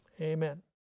Amen